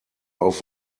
auf